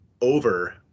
over